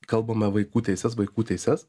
kalbama vaikų teises vaikų teises